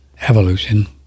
evolution